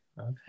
Okay